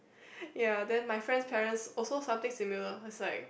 ya then my friend's parents also something similar it's like